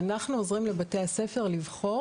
ואנחנו עוזרים לבתי הספר לבחור.